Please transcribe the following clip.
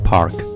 Park